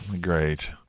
Great